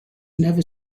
never